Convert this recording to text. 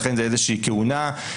לכן זה איזושהי כהונה.